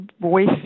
voice